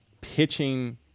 pitching